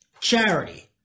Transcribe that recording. charity